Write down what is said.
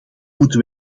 moeten